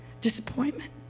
disappointment